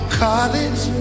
college